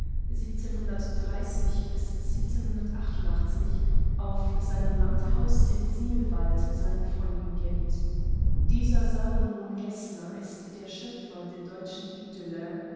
auf seinem landhaus im sihlwald seinen freunden gibt dieser salomon geßner ist der schöpfer der deutschen idylle